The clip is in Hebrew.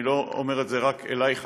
ואני לא אומר את זה רק אלייך,